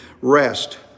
rest